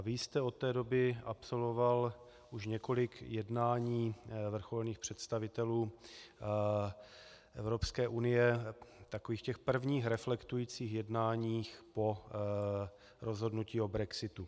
Vy jste od té doby absolvoval už několik jednání vrcholných představitelů Evropské unie, takových těch prvních reflektujících jednání po rozhodnutí o brexitu.